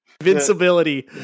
invincibility